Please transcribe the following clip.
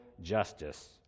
justice